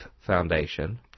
Foundation